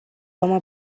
home